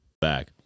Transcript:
Back